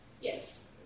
Yes